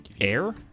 Air